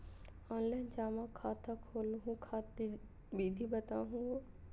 Online जमा खाता खोलहु खातिर विधि बताहु हो?